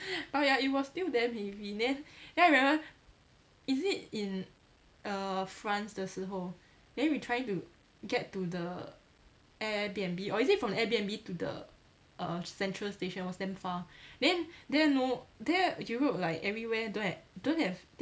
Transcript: oh ya it was still damn heavy then then I remember is it in err france 的时候 then we trying to get to the airbnb or is it from the airbnb to the err central station was damn far then then no then europe like everywhere don't ha~ don't have